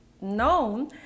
known